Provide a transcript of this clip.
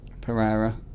Pereira